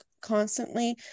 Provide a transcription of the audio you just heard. constantly